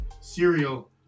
cereal